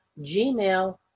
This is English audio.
gmail